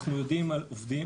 אנחנו יודעים על עובדים,